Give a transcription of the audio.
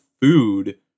food